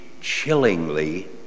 chillingly